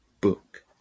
book